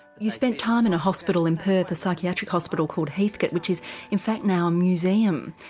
you spent time in a hospital in perth, a psychiatric hospital called heathcote which is in fact now a museum.